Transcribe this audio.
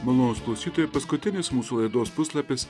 malonūs klausytojai paskutinis mūsų laidos puslapis